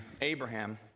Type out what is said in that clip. Abraham